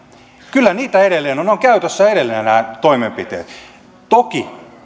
kyllä niitä edelleen on nämä toimenpiteet ovat käytössä edelleen toki